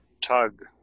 Tug